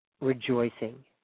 rejoicing